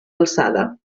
alçada